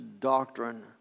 doctrine